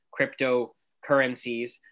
cryptocurrencies